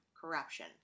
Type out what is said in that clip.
corruption